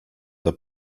the